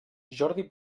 jordi